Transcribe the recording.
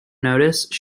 notice